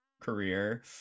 career